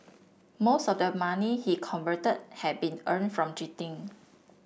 most of the money he converted had been earn from cheating